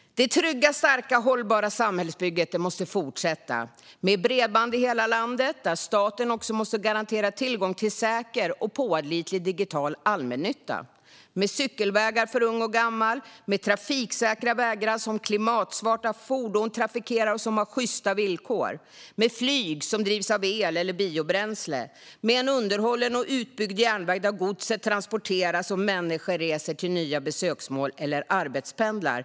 Det trygga, starka och hållbara samhällsbygget måste fortsätta med bredband i hela landet, där staten också måste garantera tillgång till en säker och pålitlig digital allmännytta. Det måste fortsätta med cykelvägar för unga och gamla, med trafiksäkra vägar som trafikeras av klimatsmarta fordon och med sjysta villkor. Detta samhällsbygge måste fortsätta med flyg som drivs av el eller biobränsle, med en utbyggd och underhållen järnväg där godset transporteras och där människor reser till nya besöksmål eller arbetspendlar.